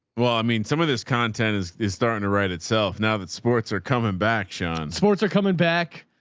well, i mean, some of this content is, is starting to write itself. now that sports are coming back, sean sports are coming back.